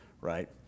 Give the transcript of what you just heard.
Right